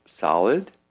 solid